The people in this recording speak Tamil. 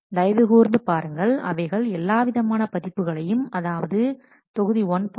தயவு கூர்ந்து பாருங்கள் அவைகள் எல்லாவிதமான பதிப்புகளையும் அதாவது தொகுதி 1